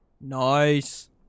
Nice